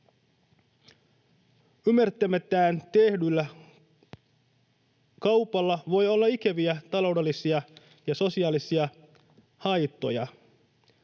Ymmärtämättään tehdyllä kaupalla voi olla ikäviä taloudellisia ja sosiaalisia haittoja.